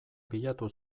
bilatu